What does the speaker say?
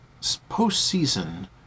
postseason